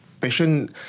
patient